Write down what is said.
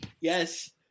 Yes